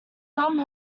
some